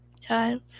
Time